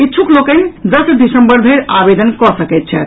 इच्छुक लोक दस दिसम्बर धरि आवेदन कऽ सकैत छथि